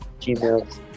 Gmail